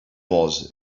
was